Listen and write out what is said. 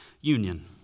union